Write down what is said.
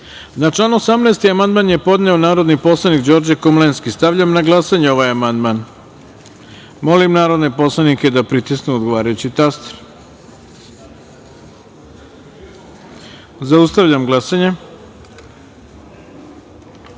i član 65. amandman, sa ispravkom, podneo je narodni poslanik Đorđe Komlenski. Stavljam na glasanje ovaj amandman. Molim narodne poslanike da pritisnu odgovarajući taster. Zaustavljam glasanje: